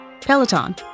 Peloton